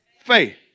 faith